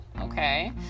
okay